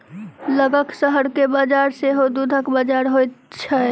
लगक शहर के बजार सेहो दूधक बजार होइत छै